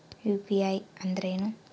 UPI ಅಂದ್ರೇನು?